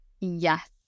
Yes